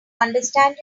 understand